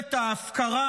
ממשלת ההפקרה,